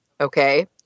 Okay